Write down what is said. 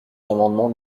l’amendement